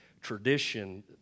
tradition